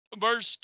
verse